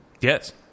Yes